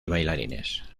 bailarines